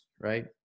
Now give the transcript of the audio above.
right